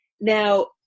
Now